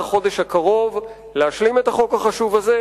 החודש הקרוב להשלים את החוק החשוב הזה,